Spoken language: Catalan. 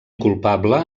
culpable